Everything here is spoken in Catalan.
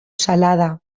salada